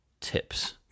tips